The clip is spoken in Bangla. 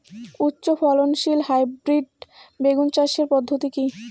উচ্চ ফলনশীল হাইব্রিড বেগুন চাষের পদ্ধতি কী?